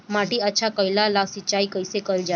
माटी अच्छा कइला ला सिंचाई कइसे कइल जाला?